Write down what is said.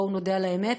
בואו נודה על האמת,